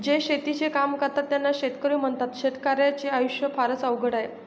जे शेतीचे काम करतात त्यांना शेतकरी म्हणतात, शेतकर्याच्या आयुष्य फारच अवघड आहे